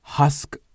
Husk